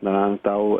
na tau